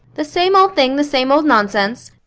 the same old thing, the same old nonsense.